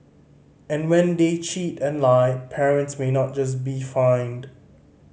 and when they cheat and lie parents may not just be fined